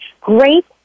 great